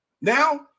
Now